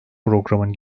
programın